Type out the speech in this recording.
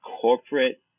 corporate